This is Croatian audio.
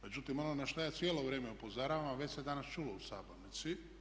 Međutim, ono na šta ja cijelo vrijeme upozoravam, a već se danas čulo u sabornici.